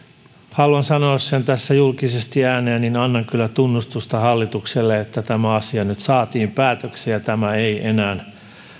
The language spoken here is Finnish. haluan sanoa sen tässä julkisesti ja ääneen annan kyllä tunnustusta hallitukselle siitä että tämä asia nyt saatiin päätökseen ja tämä ei enää